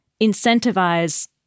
incentivize